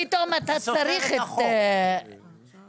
פתאום אתה צריך את עילת הסבירות?